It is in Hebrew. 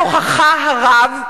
בכוחך הרב,